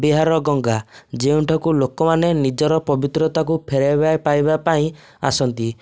ବିହାରର ଗଙ୍ଗା ଯେଉଁଠାକୁ ଲୋକମାନେ ନିଜର ପବିତ୍ରତାକୁ ଫେରେଇବା ପାଇବା ପାଇଁ ଆସନ୍ତି